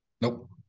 nope